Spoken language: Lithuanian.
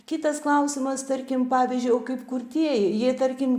kitas klausimas tarkim pavyzdžiui o kaip kurtieji jie tarkim